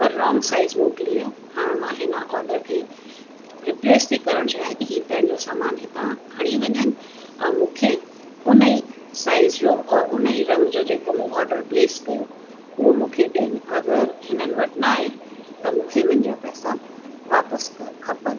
पर wrong size मोकिली आहे हाणे मां हिन ऑडर खे रिप्लेस थी करणु चाहियां कि हीउ पंहिंजो सामान हितां खणी वञनि और मूंखे उन ई साइज़ जो और उन ई रंग जो जेको मूं ऑडर प्लेस कयो उहो मूंखे ॾियनि अगरि हिननि वटि नाहे त मूंखे मुंहिंजा पैसा वापसि करणु खपनि